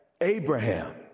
Abraham